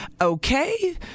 okay